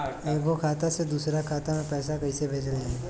एगो खाता से दूसरा खाता मे पैसा कइसे भेजल जाई?